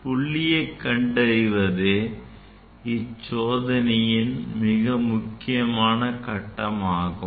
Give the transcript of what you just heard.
புள்ளியைக் கண்டறிவதே இந்த சோதனையின் முக்கியமான கட்டமாகும்